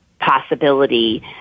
possibility